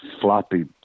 floppy